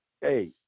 Hey